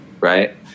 right